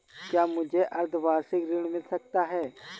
क्या मुझे अर्धवार्षिक ऋण मिल सकता है?